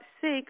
six